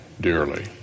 dearly